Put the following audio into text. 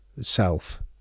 self